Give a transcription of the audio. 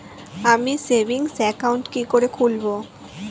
আমি savings account কি করে খুলব?